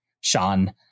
Sean